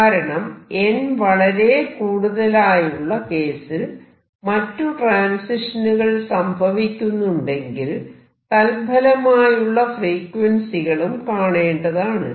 കാരണം n വളരെ കൂടുതലായുള്ള കേസിൽ മറ്റു ട്രാൻസിഷനുകൾ സംഭവിക്കുന്നുണ്ടെങ്കിൽ തൽഫലമായുള്ള ഫ്രീക്വൻസികളും കാണേണ്ടതാണ്